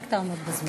תודה.